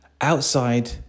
Outside